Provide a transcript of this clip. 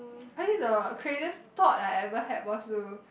I think the craziest thought I ever had was to